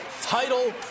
title